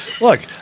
look